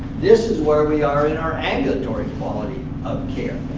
this is where we are in our ambulatory quality of care,